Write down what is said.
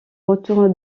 retourne